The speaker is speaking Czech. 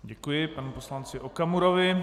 Děkuji panu poslanci Okamurovi.